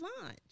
launch